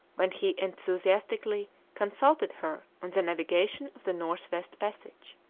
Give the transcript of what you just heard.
when he enthusiastically consulted her on the navigation of the north-west passage.